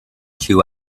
two